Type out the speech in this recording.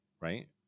right